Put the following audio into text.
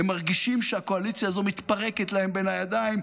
הם מרגישים שהקואליציה הזו מתפרקת להם בין הידיים.